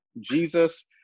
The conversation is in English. Jesus